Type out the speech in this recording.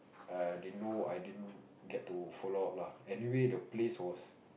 err didn't know I didn't get to follow up lah anyway the place was